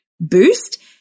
boost